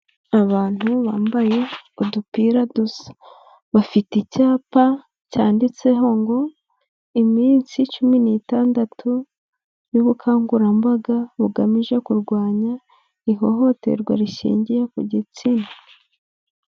Abantu bambaye udupira dusa, bafite icyapa cyanditseho ngo: "Iminsi cumi n'itandatu y'ubukangurambaga bugamije kurwanya ihohoterwa rishingiye ku gitsina".